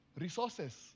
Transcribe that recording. resources